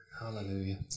Hallelujah